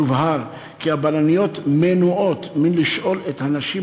יובהר כי הבלניות מנועות מלשאול את הנשים